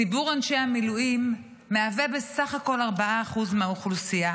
ציבור אנשי המילואים מהווה בסך הכול 4% מהאוכלוסייה,